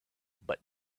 but